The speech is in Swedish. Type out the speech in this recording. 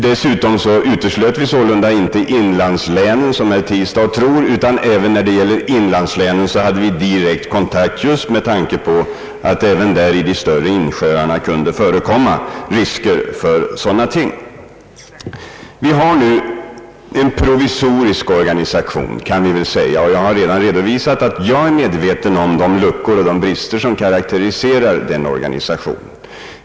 Vi uteslöt ingalunda inlandslänen, som herr Tistad tror, utan hade direkt kontakt med dem just med tanke på att det även i de större insjöarna kunde förekomma risk för oljeutsläpp. Vi har nu en provisorisk organisation. Jag har redan redovisat att jag är medveten om de luckor och brister som karakteriserar den.